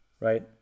Right